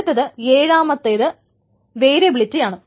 അടുത്ത ഏഴാമത്തെത് വേരിയബിളിറ്റി ആണ്